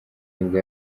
nibwo